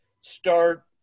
start